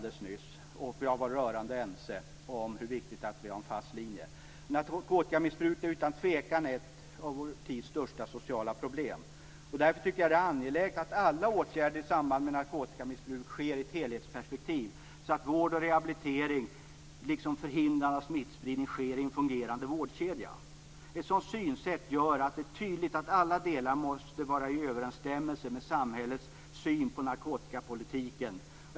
Narkotikamissbruket är utan tvekan ett av vår tids största sociala problem. Därför tycker jag att det är angeläget att alla åtgärder i samband med narkotikamissbruk sker i ett helhetsperspektiv så att vård och rehabilitering, liksom förhindrande av smittspridning, sker i en fungerande vårdkedja. Ett sådant synsätt gör det tydligt att alla delar måste vara i överensstämmelse med samhällets syn på narkotikapolitiken.